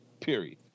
Period